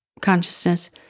consciousness